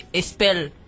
spell